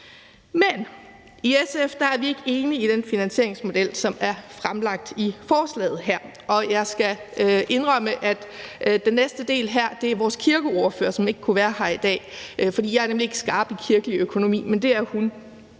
dog i SF ikke enige i den finansieringsmodel, som er fremlagt i forslaget her, og jeg skal indrømme, at den næste del af talen her er af vores kirkeordfører, som ikke kunne være her i dag. Jeg er nemlig ikke skarp i kirkelig økonomi, men det er hun.